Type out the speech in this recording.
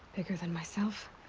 bigger than myself?